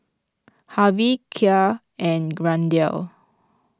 Hervey Kya and Randell